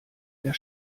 der